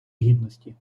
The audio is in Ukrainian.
гідності